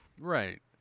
Right